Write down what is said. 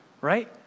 right